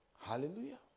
Hallelujah